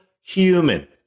human